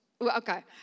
Okay